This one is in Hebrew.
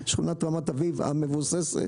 שכונת רמת אביב המבוססת,